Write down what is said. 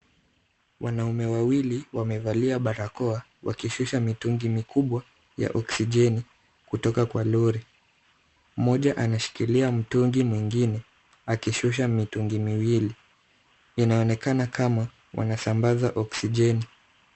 Wanaume wawili wamevalia barakoa wakishusha mitungi mikubwa ya oksijeni kutoka kwa lori. Mmoja anashikilia mtungi, mwingine akishusha mitungi miwili. Inaonekana kama wanasambaza oksijeni .